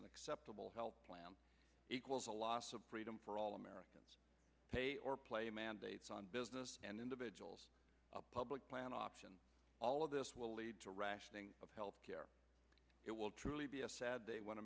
an acceptable health plan equals a lot of freedom for all americans pay or play mandates on business and individuals a public plan option all of this will lead to rationing of health care it will truly be a sad day when